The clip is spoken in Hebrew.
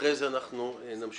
אחרי זה אנחנו נמשיך.